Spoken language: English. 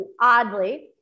oddly